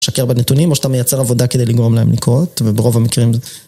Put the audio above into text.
שקר בנתונים, או שאתה מייצר עבודה כדי לגרום להם לקרות, וברוב המקרים...